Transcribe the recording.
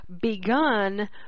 begun